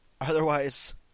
Otherwise